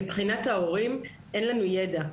מבחינת ההורים, אין לנו ידע.